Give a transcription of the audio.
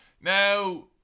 Now